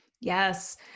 Yes